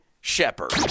Shepard